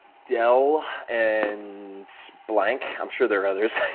dell and blank i'm sure there are others.